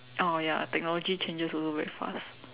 oh ya technology changes also very fast